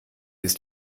ist